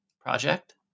project